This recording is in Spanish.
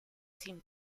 sin